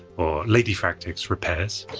or ladyfractic's repairs.